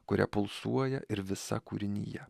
kuria pulsuoja ir visa kūrinija